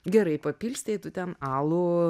gerai papilstei tu ten alų